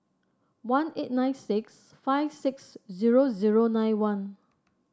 one eight nine six five six zero zero nine one